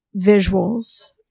visuals